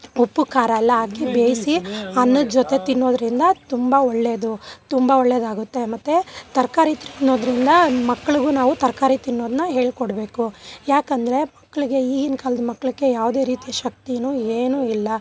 ಉಪ್ಪು ಖಾರ ಎಲ್ಲ ಹಾಕಿ ಬೇಯಿಸಿ ಅನ್ನದ ಜೊತೆ ತಿನ್ನೋದ್ರಿಂದ ತುಂಬ ಒಳ್ಳೇದು ತುಂಬ ಒಳ್ಳೇದಾಗುತ್ತೆ ಮತ್ತೆ ತರಕಾರಿ ತಿನ್ನೋದ್ರಿಂದ ಮಕ್ಳಿಗೂ ನಾವು ತರಕಾರಿ ತಿನ್ನೋದನ್ನ ಹೇಳಿಕೊಡ್ಬೇಕು ಯಾಕೆಂದ್ರೆ ಮಕ್ಳಿಗೆ ಈಗಿನ ಕಾಲದ ಮಕ್ಳಿಗೆ ಯಾವುದೇ ರೀತಿ ಶಕ್ತಿಯೂ ಏನೂ ಇಲ್ಲ